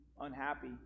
unhappy